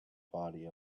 body